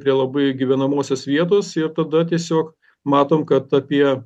prie labai gyvenamosios vietos ir tada tiesiog matom kad apie